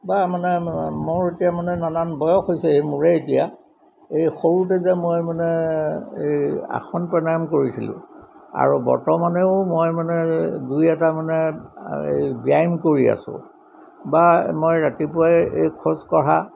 বা মানে মোৰ এতিয়া মানে নানান বয়স হৈছে সেই মোৰে এতিয়া এই সৰুতে যে মই মানে এই আসন প্ৰণায়াম কৰিছিলোঁ আৰু বৰ্তমানেও মই মানে দুই এটা মানে এই ব্যায়াম কৰি আছোঁ বা মই ৰাতিপুৱাই এই খোজ কঢ়া